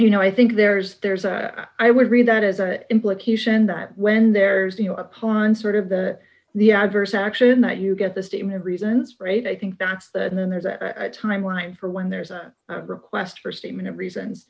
you know i think there's there's a i would read that as an implication that when there's you know upon sort of the the adverse action that you get the statement of reasons for a they think that's the and then there's a timeline for when there's a request for statement of reasons